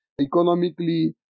economically